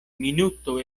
minuto